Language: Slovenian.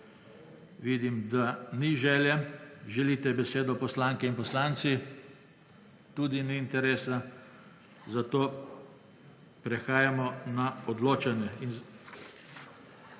Vidim, da ni želje. Želite besedo poslanke in poslanci? Tudi ni interesa. Prehajamo na odločanje.